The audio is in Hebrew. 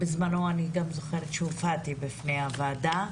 בזמנו הופעתי בפני ועדת ברלינר